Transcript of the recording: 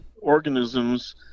organisms